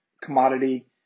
commodity